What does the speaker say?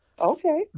Okay